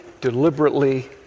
deliberately